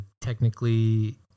technically